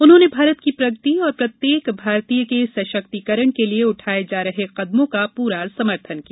उन्होंने भारत की प्रगति और प्रत्येक भारतीय के सशक्तिकरण के लिए उठाये जा रहे कदमों का पूरा समर्थन किया